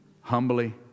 humbly